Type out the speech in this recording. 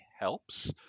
helps